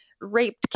raped